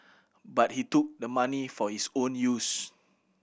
but he took the money for his own use